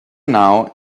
now